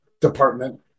department